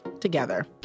together